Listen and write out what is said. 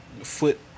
foot